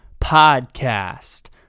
podcast